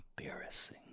embarrassing